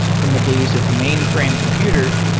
from the days of mainframe computers,